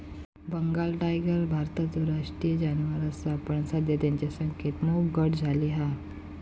Bengal tiger भारताचो राष्ट्रीय जानवर असा पण सध्या तेंच्या संख्येत मोप घट झाली हा